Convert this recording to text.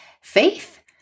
faith